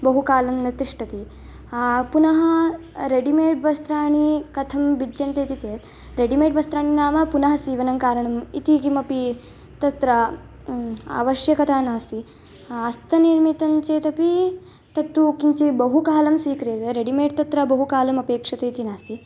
बहु लाकं न तिष्ठति पुनः रेडिमेड् वस्त्राणि कथं भिद्यन्ते इति चेत् रेडिमेड् वस्त्राणि नाम पुनः सीवनं कारणम् इति किमपि तत्र आवश्यकता नास्ति हस्तनिर्मितं चेदपि तत्तु किञ्चित् बहु कालं स्वीक्रियते रेडिमेड् तत्र बहु कालमपेक्ष्यते इति नास्ति